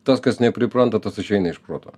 tas kas nepripranta tas išeina iš proto